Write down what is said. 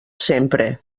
sempre